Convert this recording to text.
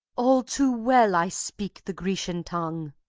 all too well i speak the grecian tongue.